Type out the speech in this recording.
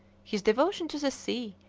his devotion to the sea,